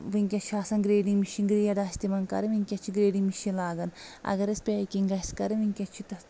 ؤنکیٚس چھُ آسان گریڈنٛگ مشیٖن گریڈ آسہِ تِمن کرٕنۍ ؤنکیٚس چھِ گریڈنٛگ مشیٖن لاگان اگر اسہِ پیکنٛگ آسہِ کرٕنۍ ؤنکیٚس چھُ تتھ